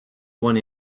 one